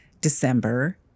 December